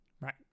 right